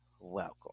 welcome